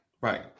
Right